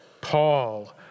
Paul